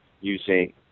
using